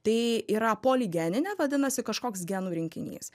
tai yra poligenė vadinasi kažkoks genų rinkinys